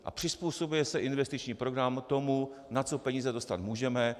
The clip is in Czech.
A přizpůsobuje se investiční program tomu, na co peníze dostat můžeme.